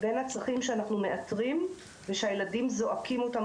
בין הצרכים שאנחנו מאתרים ושהילדים זועקים אותם,